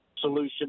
solution